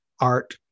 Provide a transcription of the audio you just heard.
art